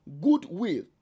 goodwill